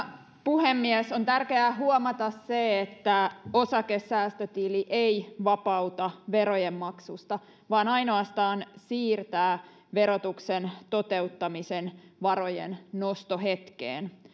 puhemies on tärkeää huomata se että osakesäästötili ei vapauta verojen maksusta vaan ainoastaan siirtää verotuksen toteuttamisen varojen nostohetkeen